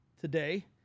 today